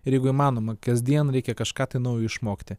ir jeigu įmanoma kasdien reikia kažką tai naujo išmokti